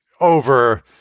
over